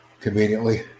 conveniently